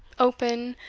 open,